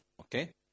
Okay